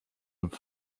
mit